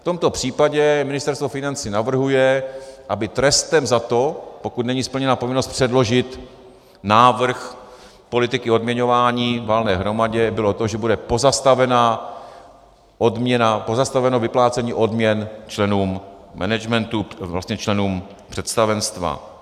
V tomto případě Ministerstvo financí navrhuje, aby trestem za to, pokud není splněna povinnost předložit návrh politiky odměňování valné hromadě, bylo to, že bude pozastaveno vyplácení odměn členům managementu, vlastně členům představenstva.